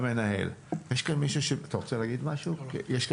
יש כאן מישהו שביקש.